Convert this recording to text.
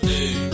Hey